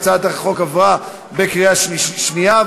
הצעת החוק עברה בקריאה שנייה,